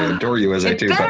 adore you as i do.